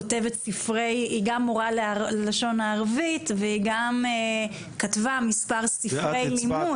היא מורה ללשון הערבית וגם כתבה מספר ספרי לימוד.